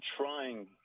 trying